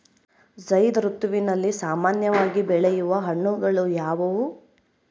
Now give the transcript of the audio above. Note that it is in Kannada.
ಝೈಧ್ ಋತುವಿನಲ್ಲಿ ಸಾಮಾನ್ಯವಾಗಿ ಬೆಳೆಯುವ ಹಣ್ಣುಗಳು ಯಾವುವು?